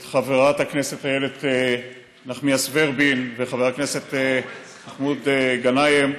את חברת הכנסת איילת נחמיאס איילת ורבין וחבר הכנסת מסעוד גנאים,